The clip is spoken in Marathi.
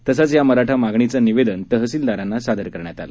तसंच या मराठा मागणीचं निवेदन तहसीलदारांना सादर करण्यात आलं